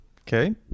Okay